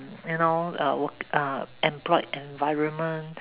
you know uh employed environment